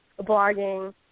blogging